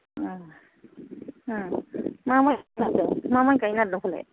ओं ओं मा माइ गायनो नागेरदों मा माइ गायनो नागेरदोंफालाय